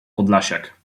podlasiak